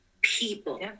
People